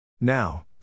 Now